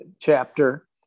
chapter